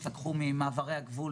למשל